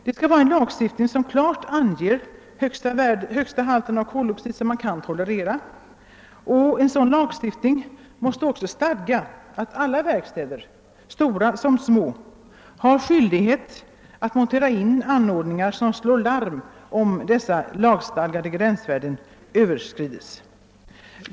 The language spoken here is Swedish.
Det skall vara en lag som klart anger den högsta halt av koloxid som man kan tolerera, och den måste också stadga att alla verkstäder, stora som små, har skyldighet att montera in anordningar som slår larm om dessa lagstadgade värden överskrids.